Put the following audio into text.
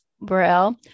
Braille